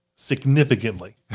Significantly